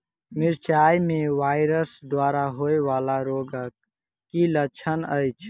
मिरचाई मे वायरस द्वारा होइ वला रोगक की लक्षण अछि?